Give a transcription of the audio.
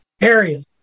areas